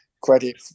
credit